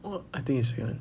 I think it's fake [one]